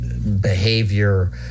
Behavior